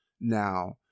Now